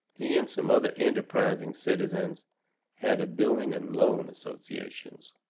he and some other enterprising citizens had a building and loan association.